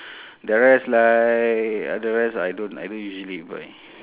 the rest like uh the rest I don't I don't usually buy